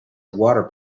water